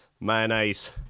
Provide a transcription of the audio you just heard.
mayonnaise